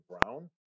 Brown